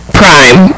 prime